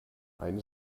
eine